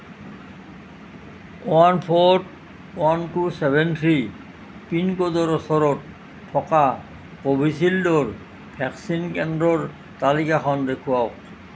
one four one two seven three পিনক'ডৰ ওচৰত থকা কোভিচিল্ডৰ ভেকচিন কেন্দ্ৰৰ তালিকাখন দেখুৱাওক